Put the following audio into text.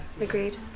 agreed